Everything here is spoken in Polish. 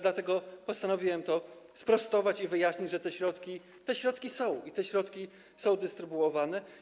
Dlatego postanowiłem to sprostować i wyjaśnić, że te środki są i te środki są dystrybuowane.